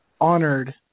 honored